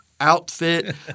outfit